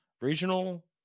Regional